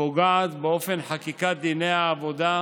פוגעת באופן חקיקת דיני העבודה,